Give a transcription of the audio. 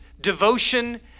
devotion